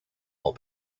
all